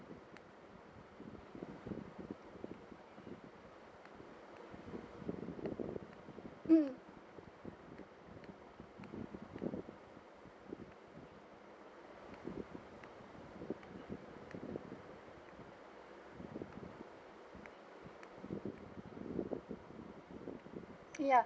mm yup